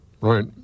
Right